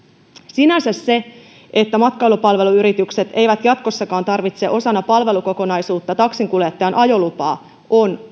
sinänsä se että matkailupalveluyritykset eivät jatkossakaan tarvitse osana palvelukokonaisuutta taksinkuljettajan ajolupaa on